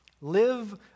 live